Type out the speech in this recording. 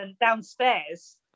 downstairs